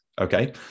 Okay